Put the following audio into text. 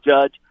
judge